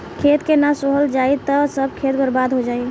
खेत के ना सोहल जाई त सब खेत बर्बादे हो जाई